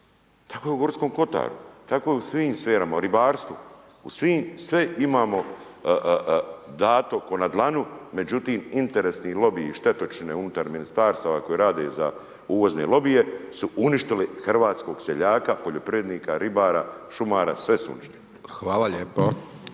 tako je i Gorskom kotaru, tako je u svim sferama, u ribarstvu, sve imamo dato kao na dlanu međutim interesni lobiji i štetočine unutar ministarstava koje rade za uvozne lobije su uništile hrvatskog seljaka, poljoprivrednika, ribara, šumara, sve su uništili. **Hajdaš